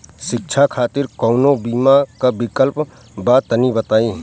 शिक्षा खातिर कौनो बीमा क विक्लप बा तनि बताई?